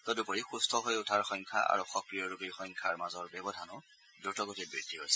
তদুপৰি সুস্থ হৈ উঠাৰ সংখ্যা আৰু সক্ৰিয় ৰোগীৰ সংখ্যাৰ মাজৰ ব্যৱধানো দ্ৰুত গতিত বৃদ্ধি হৈছে